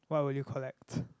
what will you collect